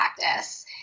practice